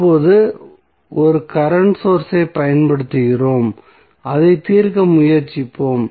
இப்போது ஒரு current source ஐப் பயன்படுத்துகிறோம் அதைத் தீர்க்க முயற்சிப்போம்